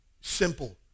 Simple